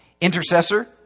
Intercessor